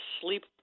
sleep